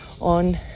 on